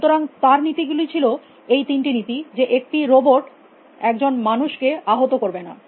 সুতরাং তার নীতি গুলি ছিল এই তিনটি নীতি যে একটি রোবট একজন মানুষকে আহত করবে না